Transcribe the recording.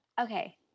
okay